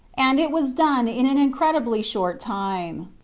and it was done in an in credibly short time.